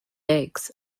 eggs